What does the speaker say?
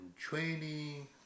training